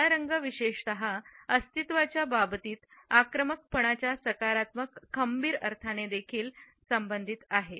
काळा रंग विशेषत अस्तित्वाच्या बाबतीत आक्रमकपणाच्या सकारात्मक खंबीर अर्थाने देखील संबंधित आहे